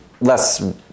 less